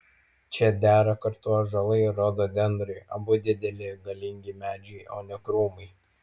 čia dera kartu ąžuolai ir rododendrai abu dideli galingi medžiai o ne krūmai